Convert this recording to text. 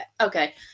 okay